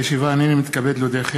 נתקבלה.